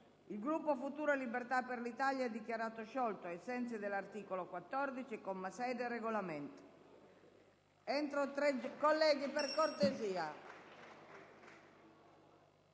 il Gruppo Futuro e Libertà per l'Italia è dichiarato sciolto, ai sensi dell'articolo 14, comma 6, del Regolamento.